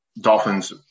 Dolphins